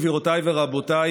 גבירותיי ורבותיי,